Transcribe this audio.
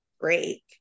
break